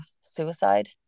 suicide